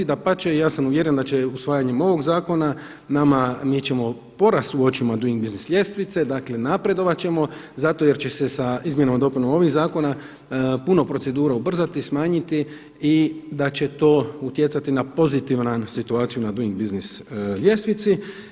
Dapače, ja sam uvjeren da će usvajanjem ovog zakona nama, mi ćemo porast u očima Doing Business ljestvice, dakle napredovat ćemo zato jer će sa izmjenama i dopunama ovih zakona puno procedura ubrzati, smanjiti i da će to utjecati na pozitivnu situaciju na Doing Business ljestvici.